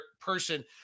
person